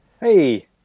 Hey